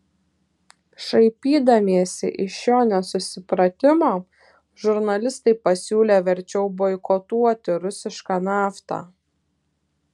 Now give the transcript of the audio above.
šaipydamiesi iš šio nesusipratimo žurnalistai pasiūlė verčiau boikotuoti rusišką naftą